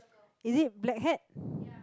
is it black hat